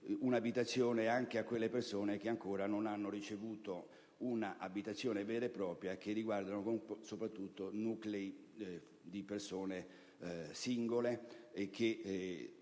un'abitazione anche per quelle persone che ancora non hanno ricevuto un'abitazione vera e propria. Si tratta soprattutto di nuclei formati da persone singole